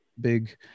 big